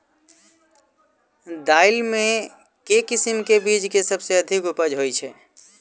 दालि मे केँ किसिम केँ बीज केँ सबसँ अधिक उपज होए छै?